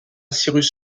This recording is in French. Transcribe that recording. cyrus